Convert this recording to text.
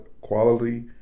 quality